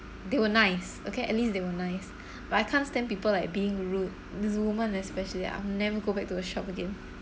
they were nice okay at least they were nice but I can't stand people like being rude this women especially I'd never go back to her shop again